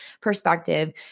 perspective